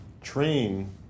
train